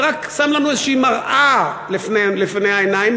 ורק שם לנו איזושהי מראה לפני העיניים,